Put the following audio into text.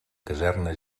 caserna